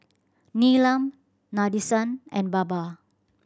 Neelam Nadesan and Baba